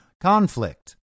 conflict